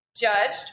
judged